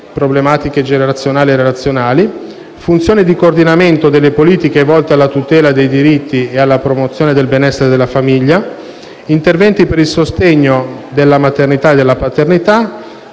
problematiche generazionali e relazionali; funzioni di coordinamento delle politiche volte alla tutela dei diritti e alla promozione del benessere della famiglia; interventi per il sostegno della maternità e della paternità;